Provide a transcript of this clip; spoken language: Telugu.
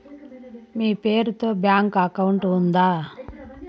మీ పేరు తో బ్యాంకు అకౌంట్ ఉందా?